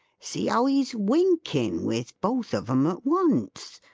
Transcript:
see how he's winking with both of em at once!